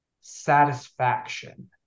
satisfaction